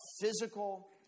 physical